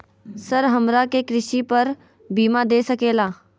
Sir हमरा के कृषि पर बीमा दे सके ला?